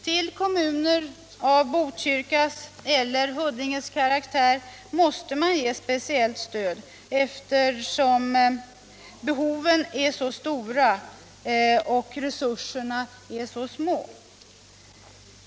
Till kommuner av Botkyrkas eller Huddinges karaktär måste man ge speciellt stöd, eftersom behoven är så stora och resurserna så små.